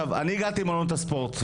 אני הגעתי מעולם הספורט,